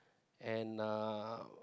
and uh